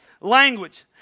language